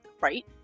Right